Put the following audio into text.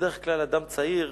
בדרך כלל אדם צעיר,